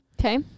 Okay